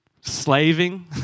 slaving